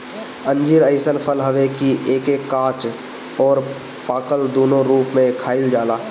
अंजीर अइसन फल हवे कि एके काच अउरी पाकल दूनो रूप में खाइल जाला